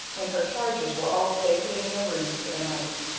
when her charges were all safely in their rooms for the night.